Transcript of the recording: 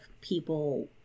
people